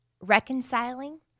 reconciling